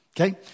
okay